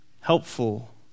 helpful